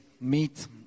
meet